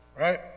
right